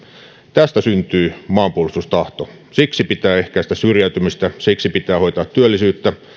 tästä syntyy maanpuolustustahto siksi pitää ehkäistä syrjäytymistä siksi pitää hoitaa työllisyyttä